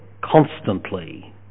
constantly